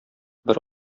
бер